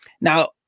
Now